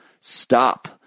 stop